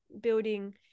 building